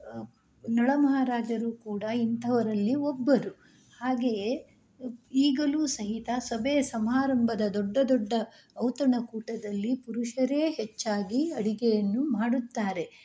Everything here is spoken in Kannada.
ನಳಮಹಾರಾಜರೂ ಕೂಡ ಇಂಥವರಲ್ಲಿ ಒಬ್ಬರು ಹಾಗೆಯೇ ಈಗಲೂ ಸಹಿತ ಸಭೆಯ ಸಮಾರಂಭದ ದೊಡ್ಡ ದೊಡ್ಡ ಔತಣಕೂಟದಲ್ಲಿ ಪುರುಷರೇ ಹೆಚ್ಚಾಗಿ ಅಡಿಗೆಯನ್ನು ಮಾಡುತ್ತಾರೆ